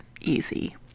easy